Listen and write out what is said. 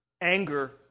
anger